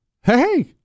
hey